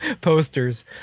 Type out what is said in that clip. posters